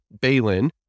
Balin